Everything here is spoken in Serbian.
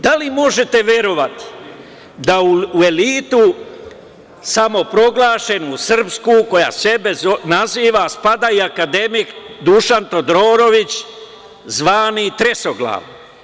Da li možete verovati da u elitu samoproglašenu, srpsku, koja sebe naziva, spada i akademik Dušan Todorović, zvani tresoglav.